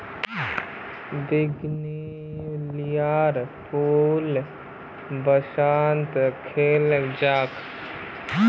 बोगनवेलियार फूल बसंतत खिल छेक